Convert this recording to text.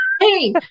Hey